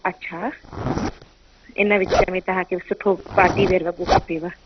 अच्छा in which में तव्हांखे सुठो पार्टी वेयर वॻो खपेव